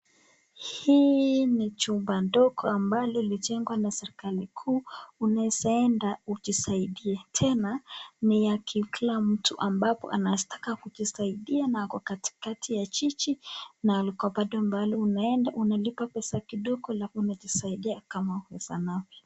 Hii ni chumba ndogo ambalo limejengwa na serikali kuu. Unaweza enda ujisaidie. Tena ni ya kila mtu ambapo anataka kujisaidia na ako katikati ya jiji na alikua bado mbali, unaenda unalipa pesa kidogo alafu unajisaidia kama uwezanavyo.